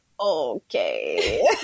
okay